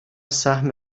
سهم